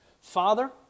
Father